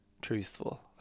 truthful